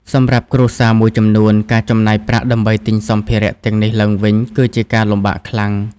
សម្រាប់គ្រួសារមួយចំនួន ការចំណាយប្រាក់ដើម្បីទិញសម្ភារៈទាំងនេះឡើងវិញ គឺជាការលំបាកខ្លាំង។